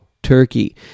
turkey